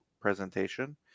presentation